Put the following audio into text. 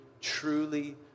truly